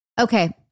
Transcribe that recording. Okay